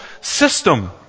system